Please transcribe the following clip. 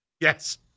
Yes